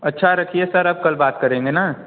अच्छा रखिए सर अब कल बात करेंगे ना